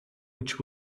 which